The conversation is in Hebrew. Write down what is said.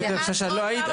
לא היית,